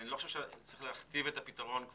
אני לא חושב שאנחנו צריכים להרחיב את הפתרון כי